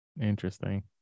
Interesting